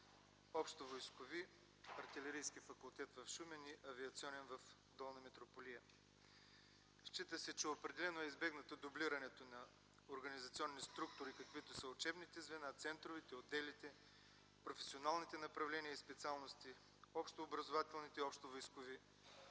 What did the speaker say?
общовойскови, артилерийски факултет в Шумен и авиационен в Долна Митрополия. Счита се, че определено е избегнато дублирането на организационни структури, каквито са учебните звена, центровете, отделите, професионалните направления и специалности, общообразователните и общовойскови